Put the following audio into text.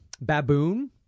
baboon